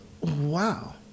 Wow